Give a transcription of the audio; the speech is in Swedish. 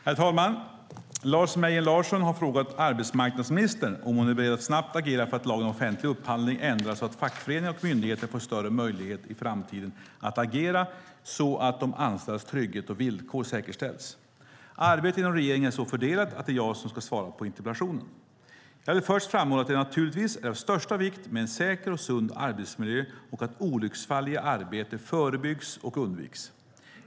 Herr talman! Lars Mejern Larsson har frågat arbetsmarknadsministern om hon är beredd att snabbt agera för att lagen om offentlig upphandling ändras så att fackföreningar och myndigheter får större möjlighet i framtiden att agera så att de anställdas trygghet och villkor säkerställs. Arbetet inom regeringen är så fördelat att det är jag som ska svara på interpellationen. Jag vill först framhålla att det naturligtvis är av största vikt med en säker och sund arbetsmiljö och att olycksfall i arbete förebyggs och undviks.